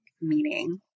meaning